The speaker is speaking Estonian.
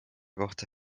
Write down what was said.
kohta